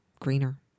greener